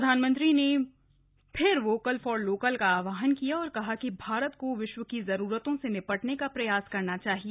प्रधानमंत्री ने मोदी ने फिर वोकल फॉर लोकल का आहवान किया और कहा कि भारत को विश्व की जरूरतों से निपटने का प्रयास करना चाहिए